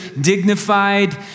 dignified